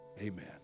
Amen